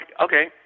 okay